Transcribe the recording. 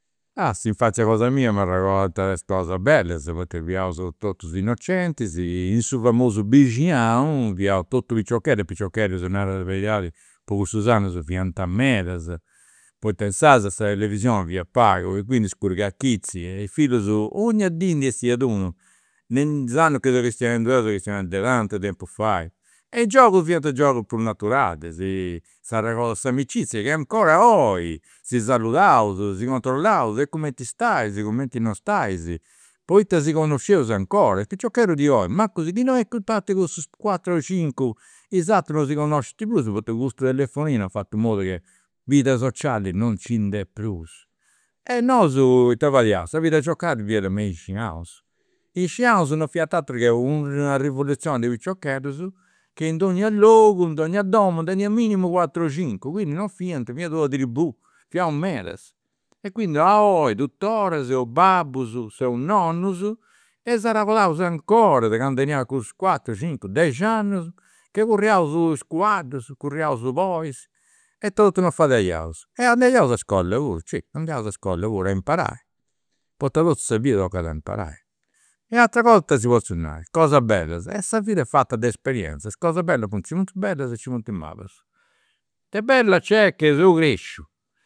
S'infanzia cosa mia, m'arregodant is cosas bellas poita fiaus totus innocentis, in su famosu fiaus totus piciocheddus e piciocheddas, po nai sa beridadi, po cussus annus fiant medas, poita insaras sa televisioni fiat pagu e quindi siguru chi a chizi e fillus 'onnia dì ndi essiat unu. Me is annus chi seu chistionendi deu, seu chistionendu de tantu tempus fait, e i' giogus fiant giogus prus naturalis, s'arregodat s'amicizia chi 'ncora oi si saludaus, si controllaus, e cumenti staisi e cumenti non staisi. Poita si connosceus 'ncora, is piciocheddus di oi mancu si chi noi a parti cussus cuatru o cincu, is aturus non si connoscint prus poita custu telefoninu at fatu in modu chi vida sociali non nci nd'est prus. E nosu ita fadiaus, sa vida sociali fiat me i' bixinaus, i' 'ixinaus non fiant aturu chi una rivoluzioni de piciocheddus chi in donnia logu in donnia domu teniant minimu cuatru cincu. Quindi non fiant, fiat una tribù, fiaus medas, e quindi a oi, tutora, seus babbus seus nonnus, e s'arregordaus 'ncora de candu teniaus cussus cuatru cincu dexi annus che currias is cuaddus curriaus bois, ita totu non fadaiaus. E andaiaus a iscola puru, certu, andaiaus a iscola puru, a imparai, poita totu sa vida tocat a imparai. E ateras cosas ita si nai, cosas bellas, e sa vida est fata de esperienzas, cosas bellas nci funt, nci funt i' bellas e nci funt i' malas. De bella nc'est che seu cresciu